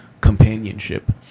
companionship